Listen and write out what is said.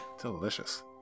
Delicious